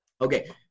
Okay